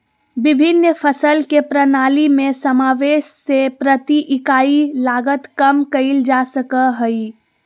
विभिन्न फसल के प्रणाली में समावेष से प्रति इकाई लागत कम कइल जा सकय हइ